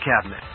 cabinet